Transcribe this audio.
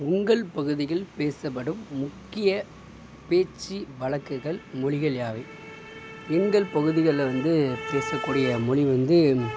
உங்கள் பகுதியில் பேசப்படும் முக்கிய பேச்சு வழக்குகள் மொழிகள் யாவை எங்கள் பகுதிகளில் வந்து பேச கூடிய மொழி வந்து